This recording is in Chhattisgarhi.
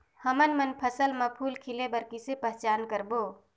हमन मन फसल म फूल खिले बर किसे पहचान करबो?